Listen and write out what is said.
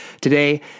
today